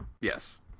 Yes